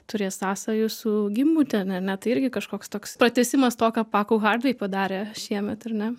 turės sąsajų su gimbutiene ne tai irgi kažkoks toks pratęsimas to ką paku hardvei padarė šiemet ar ne